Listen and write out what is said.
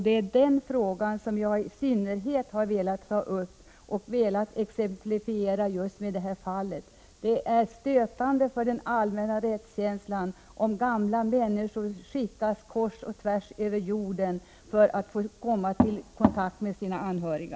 Det är den frågan som jag har velat ta upp, och som jag har velat exemplifiera just med detta enskilda fall. Det är stötande för den allmänna rättskänslan om gamla människor skickas kors och tvärs över jorden, samtidigt som de också förlorar kontakten med sina anhöriga.